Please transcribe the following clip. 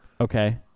okay